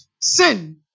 sin